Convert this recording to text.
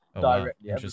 Directly